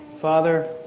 Father